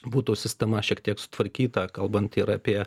būtų sistema šiek tiek sutvarkyta kalbant ir apie